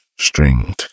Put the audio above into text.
stringed